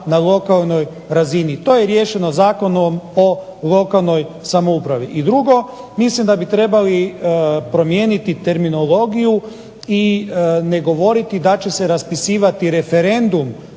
na lokalnoj razini. To je riješeno Zakonom o lokalnoj samoupravi. I drugo, mislim da bi trebali promijeniti terminologiju i ne govoriti da će se raspisivati referendum